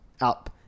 up